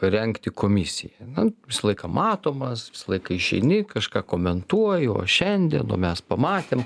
rengti komisiją na visą laiką matomas visą laiką išeini kažką komentuoji o šiandien o mes pamatėm